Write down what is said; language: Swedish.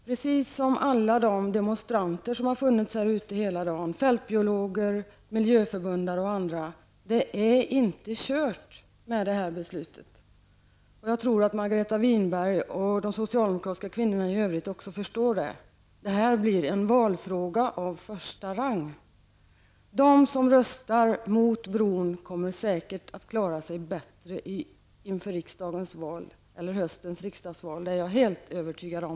Precis som alla de demonstranter som har funnits utanför riksdagen hela dagen har hävdat, fältbiologer, miljöförbundare osv., är det inte ''kört'' med detta beslut. Jag tror att Margareta Winberg och de socialdemokratiska kvinnorna i övrigt också förstår det. Fru talman! Det här blir en valfråga av första rang. De som röstar mot bron kommer säkert att klara sig bättre inför höstens riksdagsval. Det är jag helt övertygad om.